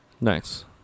Nice